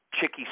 chicky